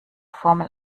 formel